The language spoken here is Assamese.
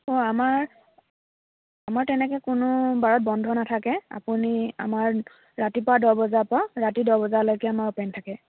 অ' আমাৰ আমাৰ তেনেকৈ কোনো বাৰত বন্ধ নাথাকে আপুনি আমাৰ ৰাতিপুৱা দহ বজাৰ পৰা ৰাতি দহ বজালৈকে আমাৰ অ'পেন থাকে